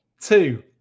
two